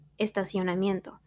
estacionamiento